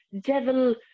devil